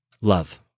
love